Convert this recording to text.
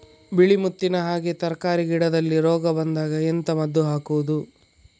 ಬಿಳಿ ಮುತ್ತಿನ ಹಾಗೆ ತರ್ಕಾರಿ ಗಿಡದಲ್ಲಿ ರೋಗ ಬಂದಾಗ ಎಂತ ಮದ್ದು ಹಾಕುವುದು?